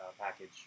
package